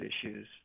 issues